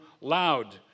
loud